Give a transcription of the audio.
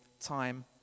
time